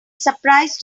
surprise